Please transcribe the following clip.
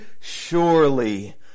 surely